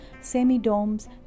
semi-domes